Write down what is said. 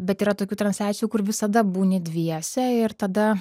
bet yra tokių transliacijų kur visada būni dviese ir tada